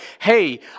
hey